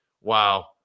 wow